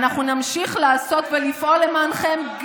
ואנחנו נמשיך לעשות ולפעול למענכם,